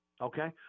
Okay